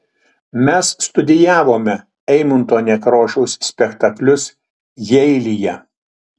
mes studijavome eimunto nekrošiaus spektaklius jeilyje